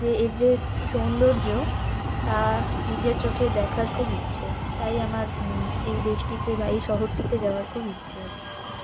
যে এর যে সৌন্দর্য তা নিজের চোখে দেখার খুব ইচ্ছে তাই আমার এই দেশটিতে বা এই শহরটিতে যাওয়ার খুব ইচ্ছে আছে